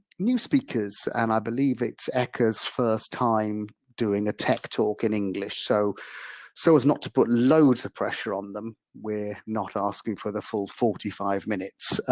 new speakers, and i believe its eka's first time doing a tech talk in english. so so as not to put loads of pressure on them, we're not asking for the full forty five minutes.